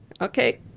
Okay